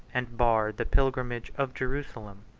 and barred the pilgrimage of jerusalem,